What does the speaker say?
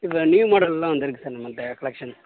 இப்போ நியூ மாடல்லாம் வந்துயிருக்கு சார் நம்மள்கிட்ட கலெக்ஷன்